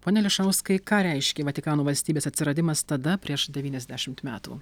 pone ališauskai ką reiškia vatikano valstybės atsiradimas tada prieš devyniasdešimt metų